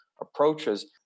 approaches